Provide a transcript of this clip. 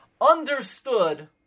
understood